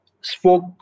spoke